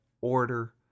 order